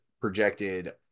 projected